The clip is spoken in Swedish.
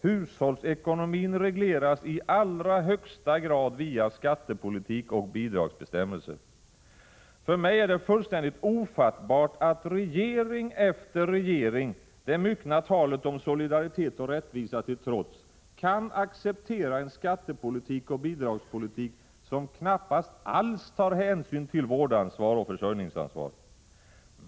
Hushållsekonomin regleras i allra högsta grad via skattepolitik och bidragsbestämmelser. För mig är det fullständigt ofattbart att regering efter regering, det myckna talet om solidaritet och rättvisa till trots, kan acceptera en skattepolitik och bidragspolitik som knappast alls tar hänsyn till vårdansvar och försörjningsansvar.